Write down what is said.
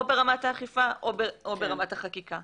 או ברמת האכיפה או ברמת החקיקה.